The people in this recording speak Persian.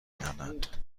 کردند